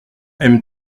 aime